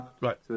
Right